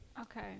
Okay